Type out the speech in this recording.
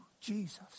Jesus